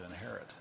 inherit